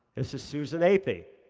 this is susan athey.